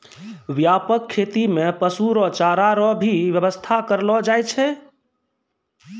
व्यापक खेती मे पशु रो चारा रो भी व्याबस्था करलो जाय छै